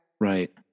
right